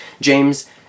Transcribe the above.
James